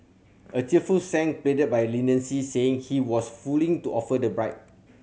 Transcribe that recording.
a tearful Sang pleaded by leniency saying he was fooling to offer the bribe